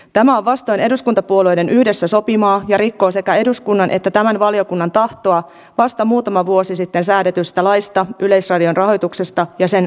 tämä on vastoin eduskuntapuolueiden yhdessä sopimaa ja rikkoo sekä eduskunnan että tämän valiokunnan tahtoa vasta muutama vuosi sitten säädetystä laista yleisradion rahoituksesta ja sen riippumattomuudesta